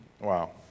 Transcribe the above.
Wow